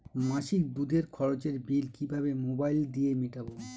মাসিক দুধের খরচের বিল কিভাবে মোবাইল দিয়ে মেটাব?